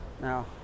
Now